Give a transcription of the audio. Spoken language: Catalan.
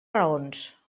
raons